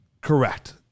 correct